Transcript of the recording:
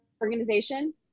organization